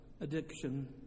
addiction